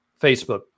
Facebook